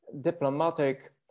diplomatic